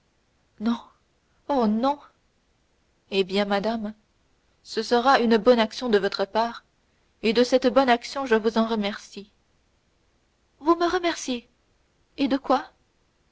enfant non oh non eh bien madame ce sera une bonne action de votre part et de cette bonne action je vous remercie vous me remerciez et de quoi